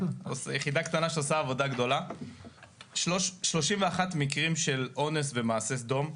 קטנה שעושה עבודה גדולה אני רוצה לומר ש-31 מקרים של אונס ומעשה סדום,